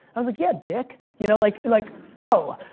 i was like, yeah, dick. you know, like like oh.